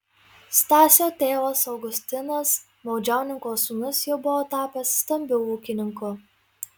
stasio tėvas augustinas baudžiauninko sūnus jau buvo tapęs stambiu ūkininku